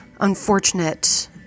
unfortunate